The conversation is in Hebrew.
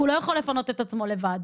כי הוא לא יכול לפנות את עצמו לבד.